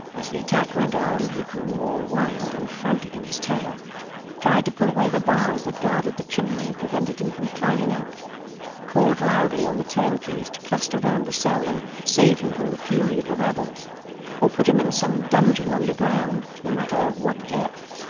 as the attack went on, he grew more wild and frantic in his terror tried to pull away the bars that guarded the chimney and prevented him from climbing up called loudly on the turnkeys to cluster round the cell and save him from the fury of the rabble or put him in some dungeon underground, no matter of what depth,